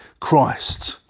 Christ